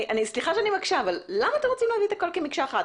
סליחה שאני מקשה אבל למה אתם רוצים להביא את הכול כמקשה אחת?